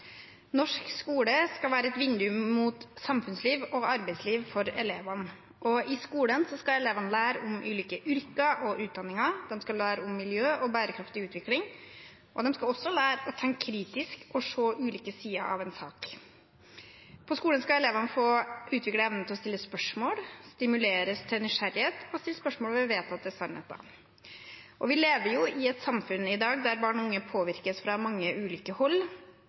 Norsk skole skal være et vindu mot samfunnsliv og arbeidsliv for elevene. I skolen skal elevene lære om ulike yrker og utdanninger, de skal lære om miljø og bærekraftig utvikling – og de skal også lære å tenke kritisk og se ulike sider av en sak. På skolen skal elevene få utvikle evnen til å stille spørsmål, stimuleres til nysgjerrighet og stille spørsmål ved vedtatte sannheter. Vi lever i et samfunn i dag der barn og unge påvirkes fra mange ulike hold.